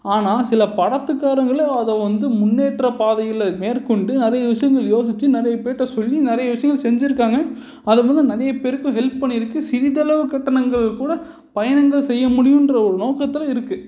ஆனால் சில படத்துக்குகாரங்களே அதை வந்து முன்னேற்ற பாதையில் மேற்கொண்டு நிறைய விஷயங்கள் யோசித்து நிறைய பேர்கிட்ட சொல்லி நிறைய விஷயங்கள் செஞ்சுருக்காங்க அதை வந்து நிறைய பேர்க்கும் ஹெல்ப் பண்ணிருக்கு சிறிதளவு கட்டணங்கள் கூட பயணங்கள் செய்ய முடியும்ற ஒரு நோக்கத்தில் இருக்குது